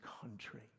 country